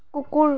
কুকুৰ